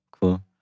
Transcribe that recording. cool